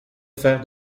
faire